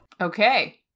Okay